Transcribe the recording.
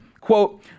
quote